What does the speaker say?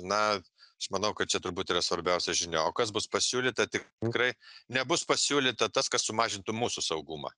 na aš manau kad čia turbūt yra svarbiausia žinia o kas bus pasiūlyta tik krai nebus pasiūlyta tas kas sumažintų mūsų saugumą